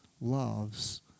loves